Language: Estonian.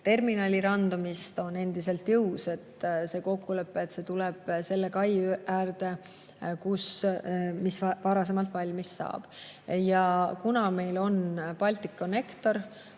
terminali randumist, on endiselt jõus. Mõtlen kokkulepet, et see laev tuleb selle kai äärde, mis varem valmis saab. Ja kuna meil on Balticconnector,